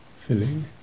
filling